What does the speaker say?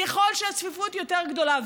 ככל שהצפיפות יותר גדולה,